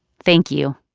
thank you